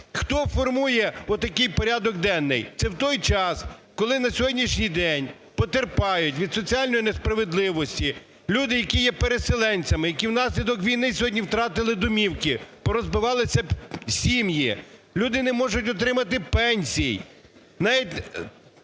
Хто формує отакий порядок денний? Це в той час, коли на сьогоднішній день потерпають від соціальної несправедливості люди, які є переселенцями, які внаслідок війни сьогодні втратили домівки, порозбивалися сім'ї, люди не можуть отримати пенсій.